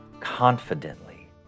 confidently